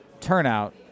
turnout